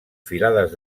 filades